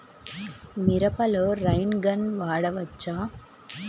మిరపలో rain gun వాడవచ్చా?